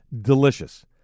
Delicious